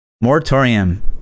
Moratorium